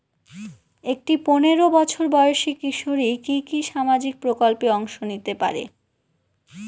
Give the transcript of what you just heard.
একটি পোনেরো বছর বয়সি কিশোরী কি কি সামাজিক প্রকল্পে অংশ নিতে পারে?